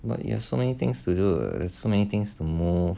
but you have so many things to do so many things to move